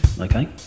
Okay